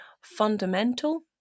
fundamental